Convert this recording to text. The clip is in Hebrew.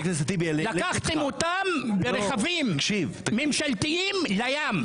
לקחתם אותם ברכבים ממשלתיים לים.